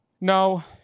Now